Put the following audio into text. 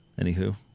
anywho